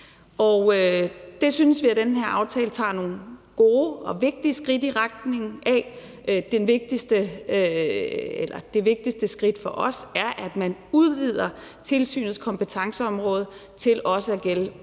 og det synes vi at man med den her aftale tager nogle gode og vigtige skridt i retning af. Det vigtigste skridt for os er, at man udvider tilsynets kompetenceområde til også at gælde operative